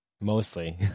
Mostly